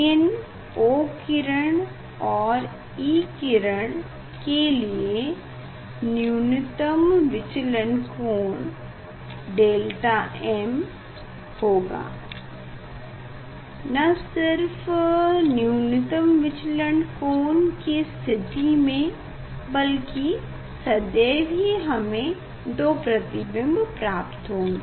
इन O किरण और E किरण के लिए न्यूनतम विचलन कोण डेल्टा m होगा न सिर्फ न्यूनतम विचलन कि स्थिति में बल्कि सदैव ही हमें 2 प्रतिबिंब प्राप्त होंगे